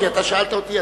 אתה שאלת אותי,